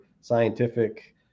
scientific